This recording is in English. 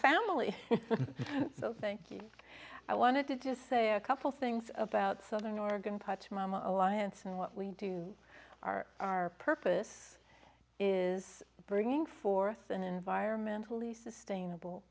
family thank you i wanted to just say a couple things about southern oregon touch mama alliance and what we do are our purpose is bringing forth an environmentally sustainable